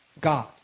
God